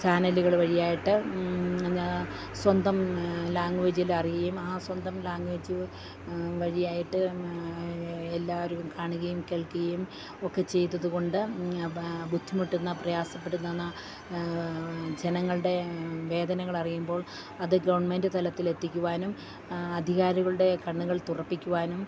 ചാനലുകൾ വഴിയായിട്ട് പിന്നെ സ്വന്തം ലാംഗ്വേജിലു അറിയുകയും ആ സ്വന്തം ലാംഗ്വേജ് വഴിയായിട്ട് എല്ലാവരും കാണുകയും കേൾക്കുകയും ഒക്കെ ചെയ്തത് കൊണ്ട് ബുദ്ധിമുട്ടുന്ന പ്രയാസപ്പെടുന്ന ജനങ്ങളുടെ വേദനകൾ അറിയുമ്പോൾ അത് ഗെവൺമെൻ്റ് തലത്തിൽ എത്തിക്കുവാനും അധികാരികളുടെ കണ്ണുകൾ തുറപ്പിക്കുവാനും